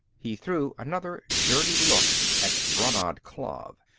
he threw another dirty look at brannad klav.